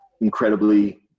incredibly